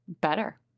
better